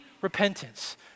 repentance